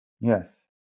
yes